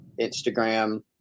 Instagram